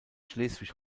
schleswig